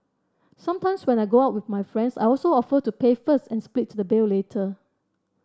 sometimes when I go out with my friends I also offer to pay first and split the bill later